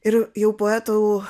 ir jau poetų